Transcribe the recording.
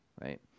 right